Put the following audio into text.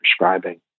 prescribing